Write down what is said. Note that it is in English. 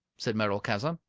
said merolchazzar,